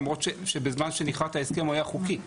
למרות שבזמן שנכרת ההסכם הוא היה חוקי.